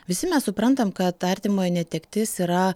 visi mes suprantam kad artimojo netektis yra